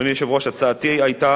אדוני היושב-ראש, הצעתי היתה